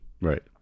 Right